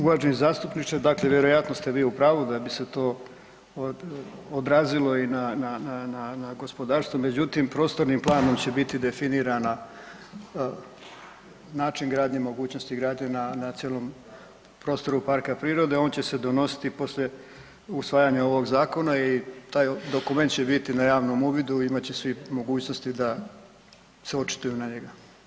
Uvaženi zastupniče, dakle vjerojatno ste vi u pravu, da bi se to odrazilo i na gospodarstvo, međutim prostornim planom će biti definiran način gradnje i mogućnost gradnje na nacionalnom prostoru parka prirode, on će se donositi poslije usvajanja ovog zakona i taj dokument će biti na javnom uvidu i imat će svi mogućnosti da se očituju na njega.